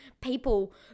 people